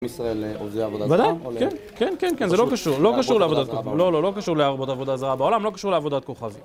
ישראל עובדי עבודה זרה? ודאי! כן! כן, כן, כן. זה לא קשור לעבודת כוכבים לא, לא, לא קשור לעבודה זרה בעולם, לא קשור לעבודת כוכבים.